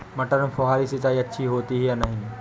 मटर में फुहरी सिंचाई अच्छी होती है या नहीं?